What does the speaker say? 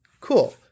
Cool